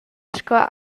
sco